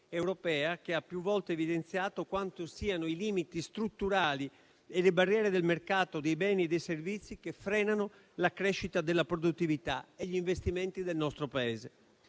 che ha più volte evidenziato quanto i limiti strutturali e le barriere del mercato dei beni e dei servizi frenino la crescita della produttività e gli investimenti nel nostro Paese.